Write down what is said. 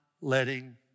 letting